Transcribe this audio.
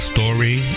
Story